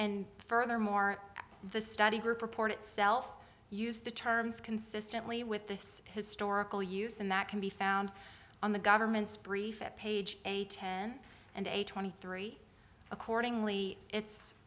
and furthermore the study group report itself used the terms consistently with this historical use and that can be found on the government's brief page a ten and a twenty three accordingly it's